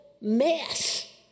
mess